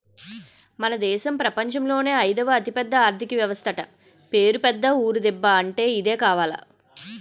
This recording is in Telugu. మన దేశం ప్రపంచంలోనే అయిదవ అతిపెద్ద ఆర్థిక వ్యవస్థట పేరు పెద్ద ఊరు దిబ్బ అంటే ఇదే కావాల